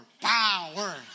Power